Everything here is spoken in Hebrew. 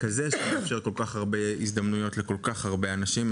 כזה שמאפשר כל כך הרבה הזדמנויות לכל כך הרבה אנשים.